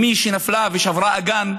אימי, שנפלה ושברה אגן,